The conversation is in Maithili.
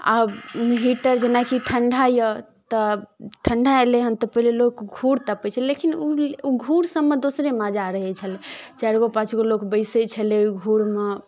आब हीटर जेनाकि ठंडा यऽ तऽ ठंडा अयलै हँ तऽ पहिले लोक घूर तपै छलै लेकिन ओ घूर सबमे दोसरे मजा रहे छलै चारि गो पाँच गो लोक बैसै छलै ओ घूरमे